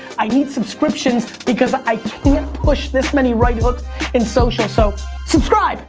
i need subscriptions because i can't push this many right hooks in social, so subscribe!